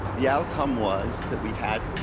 the outcome was, that we had,